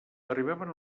arribaven